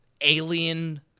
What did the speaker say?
alien